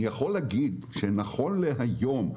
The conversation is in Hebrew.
אני יכול להגיד שנכון להיום,